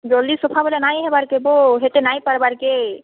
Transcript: ଜଲଦି ସଫା ବୋଇଲେ ନାଇଁ ହେବାର୍ କେ ବୋ ହେତେ ନାଇଁ ପାରବାର୍ କେ